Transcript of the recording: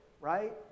right